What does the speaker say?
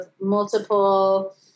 multiple